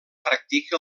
practica